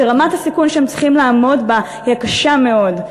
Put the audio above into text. שרמת הסיכון שהם צריכים לעמוד בה היא קשה מאוד,